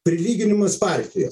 prilyginimas partijos